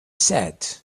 said